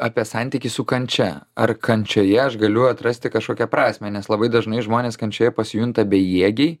apie santykį su kančia ar kančioje aš galiu atrasti kažkokią prasmę nes labai dažnai žmonės kančioje pasijunta bejėgiai